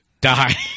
die